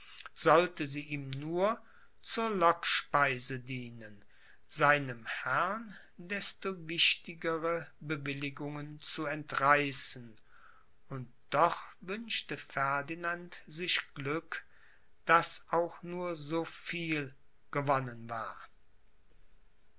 sollte sie ihm nur zur lockspeise dienen seinem herrn desto wichtigere bewilligungen zu entreißen und doch wünschte ferdinand sich glück daß auch nur so viel gewonnen war